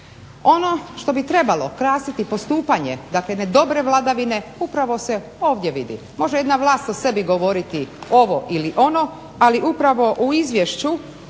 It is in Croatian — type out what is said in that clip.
Ono što bi trebalo krasiti postupanje, dakle jedne dobre vladavine, upravo se ovdje vidi. Može jedna vlast o sebi govoriti ovo ili ono, ali upravo u Izvješću